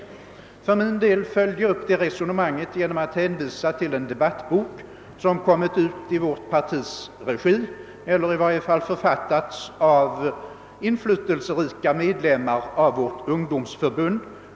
För min del följde jag upp det resonemanget genom att hänvisa till en debattbok som kommit ut i vårt partis regi, eller i varje fall författats av inflytelserika medlemmar i vårt ungdomsförbund.